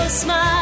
smile